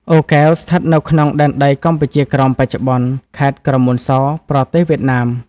អូរកែវ ស្ថិតនៅក្នុងដែនដីកម្ពុជាក្រោមបច្ចុប្បន្ន ខេត្តក្រមួនស ប្រទេសវៀតណាម។